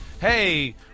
hey